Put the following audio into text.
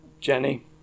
Jenny